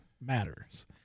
matters